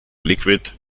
liquid